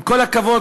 עם כל הכבוד,